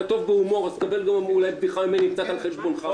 אתה טוב בהומור אז תקבל אולי בדיחה ממני קצת על חשבונך,